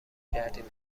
کردیمش